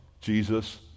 Jesus